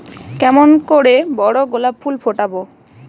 কেমন করে বড় গোলাপ ফুল ফোটাব?